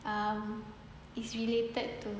um is related